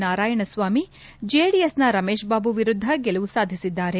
ನಾರಾಯಣ ಸ್ವಾಮಿ ಜೆಡಿಎಸ್ನ ರಮೇಶ್ ಬಾಬು ವಿರುದ್ದ ಗೆಲುವು ಸಾಧಿಸಿದ್ದಾರೆ